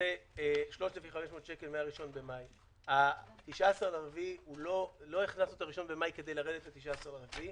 וזה 3,500. לא הכנסנו את הראשון במאי כדי לרדת ל-19 באפריל.